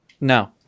No